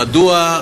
מדוע,